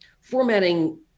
formatting